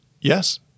Yes